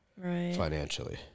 financially